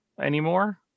anymore